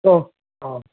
ꯑꯣ ꯑꯥ